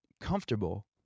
comfortable